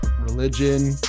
religion